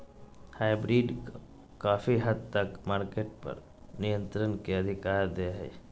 hybrid काफी हद तक मार्केट पर नियन्त्रण के अधिकार दे हय